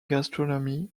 gastronomy